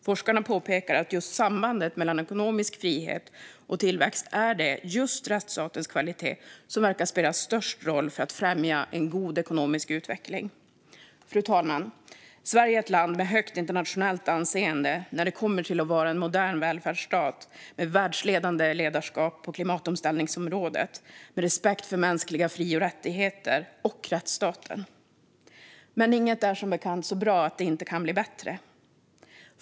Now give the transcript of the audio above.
Forskarna påpekar att när det gäller just sambandet mellan ekonomisk frihet och tillväxt är det just rättsstatens kvalitet som verkar spela störst roll för att främja en god ekonomisk utveckling. Fru talman! Sverige är ett land med högt internationellt anseende när det kommer till att vara en modern välfärdsstat med världsledande ledarskap på klimatomställningsområdet med respekt för mänskliga fri och rättigheter och rättsstaten. Men inget är, som bekant, så bra att det inte kan bli bättre.